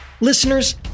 Listeners